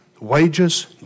Wages